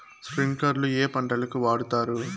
స్ప్రింక్లర్లు ఏ పంటలకు వాడుతారు?